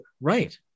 right